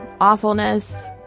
awfulness